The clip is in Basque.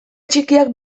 txikiak